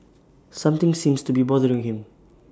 something seems to be bothering him